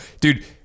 Dude